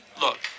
Look